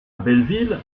belleville